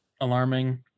alarming